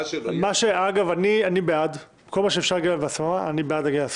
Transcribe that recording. כל מה שאפשר להגיע להסכמה, אני בעד.